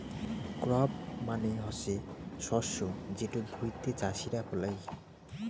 crop মানে হসে শস্য যেটো ভুঁইতে চাষীরা ফলাই